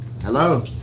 hello